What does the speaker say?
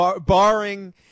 Barring